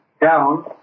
down